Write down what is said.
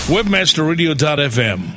WebmasterRadio.fm